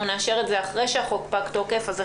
נאשר את זה אחרי שפג תוקפו של החוק,